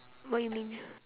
what you mean